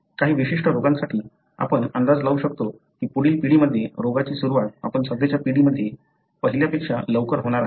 काही विशिष्ट रोगांसाठी आपण अंदाज लावू शकतो की पुढील पिढीमध्ये रोगाची सुरुवात आपण सध्याच्या पिढीमध्ये पहिल्यापेक्षा लवकर होणार आहे